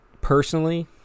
personally